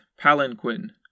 Palanquin